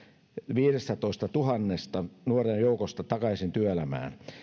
viidentoistatuhannen nuoren joukosta takaisin työelämään